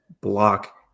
block